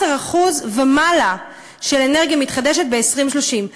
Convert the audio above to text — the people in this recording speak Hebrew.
17% ומעלה של אנרגיה מתחדשת ב-2030.